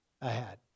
ahead